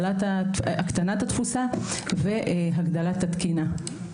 הקטנת התפוסה והגדלת התקינה.